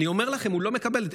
אני אומר לכם, הוא לא מקבל.